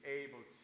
able